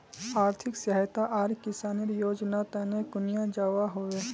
आर्थिक सहायता आर किसानेर योजना तने कुनियाँ जबा होबे?